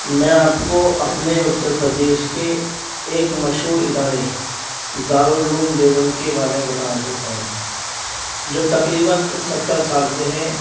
میں آپ کو اپنے اتر پردیش کے ایک مشہور ادارے دار العلوم دیوبند کے بارے میں بتانا چاہتا ہوں جو تقریباً ستر سال سے ہے